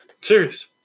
Serious